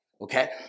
okay